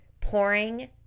pouring